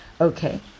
Okay